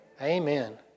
Amen